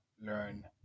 learn